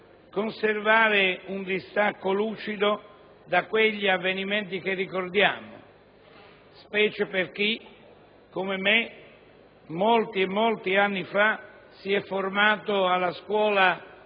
conservare un distacco lucido da quegli avvenimenti che ricordiamo, specie per chi, come me, molti e molti anni fa si è formato alla scuola